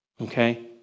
Okay